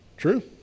true